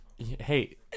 Hey